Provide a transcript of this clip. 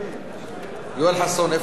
יואל חסון, איפה הוא?